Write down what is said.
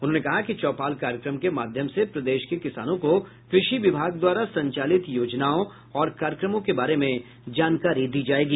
उन्होंने कहा कि चौपाल कार्यक्रम के माध्यम से प्रदेश के किसानों को कृषि विभाग द्वारा संचालित योजनाओं और कार्यक्रमों के बारे में जानकारी दी जायेगी